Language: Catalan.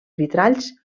vitralls